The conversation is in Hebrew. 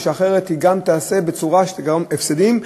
מפני שאחרת היא תיעשה בצורה שתגרום הפסדים,